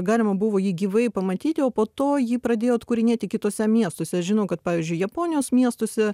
galima buvo jį gyvai pamatyti o po to jį pradėjo atkūrinėti kituose miestuose žinau kad pavyzdžiui japonijos miestuose